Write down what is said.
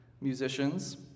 musicians